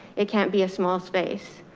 it can't be a small space,